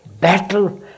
battle